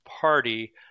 Party